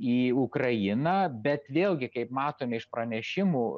į ukrainą bet vėlgi kaip matom iš pranešimų